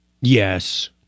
Yes